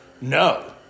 no